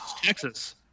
Texas